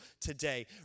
today